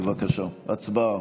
בבקשה, הצבעה.